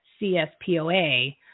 CSPOA